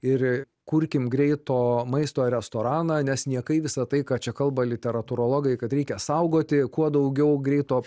ir kurkim greito maisto restoraną nes niekai visa tai ką čia kalba literatūrologai kad reikia saugoti kuo daugiau greito